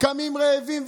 וקמים רעבים.